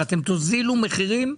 אתם תוזילו מחירים?